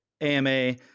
AMA